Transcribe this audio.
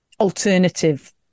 alternative